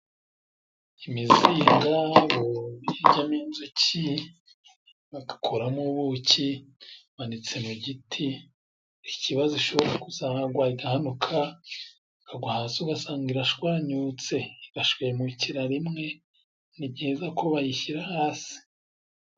Imizinga ijyamo inzuki bagakuramo ubuki imanitse mu giti, ikibazo ishobora kuzagwa igahanuka ikagwa hasi ugasanga irashwanyutse! igashwemukira rimwe, ni byiza ko bayishyira hasi.